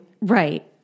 Right